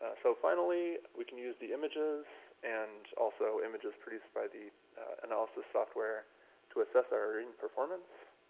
so finally we can use the images and also images produced by the analysis software to assess our and performance.